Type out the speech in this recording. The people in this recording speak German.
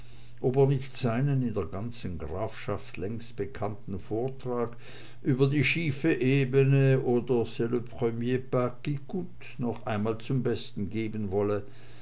ob er nicht seinen in der ganzen grafschaft längst bekannten vortrag über die schiefe ebene oder c'est le premier pas qui cote noch einmal zum besten geben solle